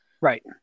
Right